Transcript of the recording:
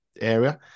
area